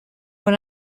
when